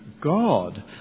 God